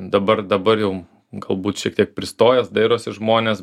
dabar dabar jau galbūt šiek tiek pristojęs dairosi žmonės